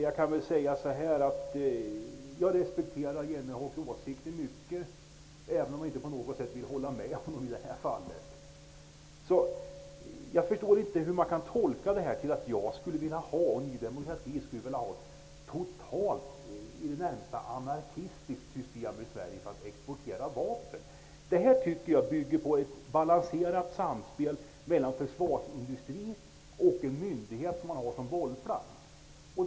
Jag respekterar hans åsikter, även om jag inte på något sätt vill hålla med honom i detta fall. Jag förstår inte hur man kan tolka det som att jag och Ny demokrati skulle vilja ha ett i det närmaste anarkistiskt system för export av vapen från Sverige. Jag tycker att vårt förslag bygger på ett balanserat samspel mellan försvarsindustri och en myndighet, som man har som bollplank.